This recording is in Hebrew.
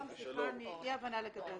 סליחה הייתה אי הבנה לגבי הזמנים.